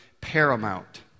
paramount